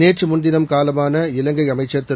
நேற்று முன்தினம் காலமான இலங்கை அமைச்சர் திரு